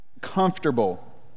comfortable